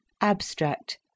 abstract